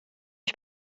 ich